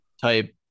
type